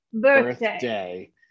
Birthday